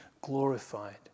glorified